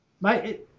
Mate